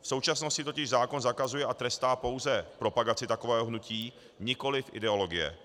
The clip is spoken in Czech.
V současnosti totiž zákon zakazuje a trestá pouze propagaci takového hnutí, nikoliv ideologie.